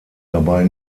dabei